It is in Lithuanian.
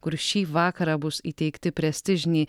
kur šį vakarą bus įteikti prestižiniai